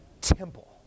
temple